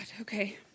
okay